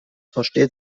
versteht